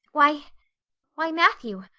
why why matthew,